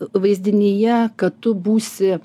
vaizdinyje kad tu būsi